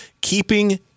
keeping